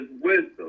wisdom